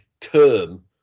term